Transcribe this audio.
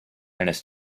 has